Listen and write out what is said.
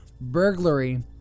burglary